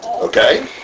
Okay